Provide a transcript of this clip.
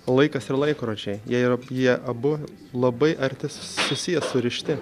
laikas ir laikrodžiai jie yra jie abu labai arti su susiję surišti